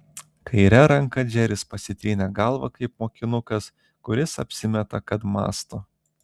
kaire ranka džeris pasitrynė galvą kaip mokinukas kuris apsimeta kad mąsto